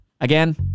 Again